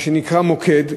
מה שנקרא מוקד,